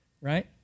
right